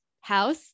house